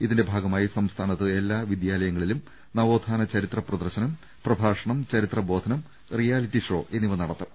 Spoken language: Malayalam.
ഇതിന്റെ ഭാഗമായി സംസ്ഥാ നത്ത് എല്ലാ വിദ്യാലയങ്ങളിലും നവോത്ഥാന ചരിത്ര പ്രദർശനം പ്രഭാഷ ണം ചരിത്രബോധനം റിയാലിറ്റി ഷോ എന്നിവ നടത്തും